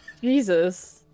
Jesus